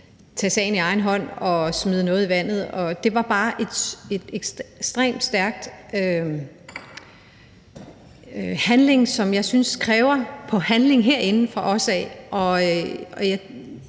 tog sagen i egen hånd og smed noget i vandet, var bare en ekstremt stærk handling, som jeg synes kræver handling fra os